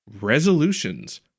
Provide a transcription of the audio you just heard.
resolutions